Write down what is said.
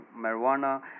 marijuana